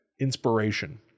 inspiration